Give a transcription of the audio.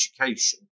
education